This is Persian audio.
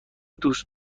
دوست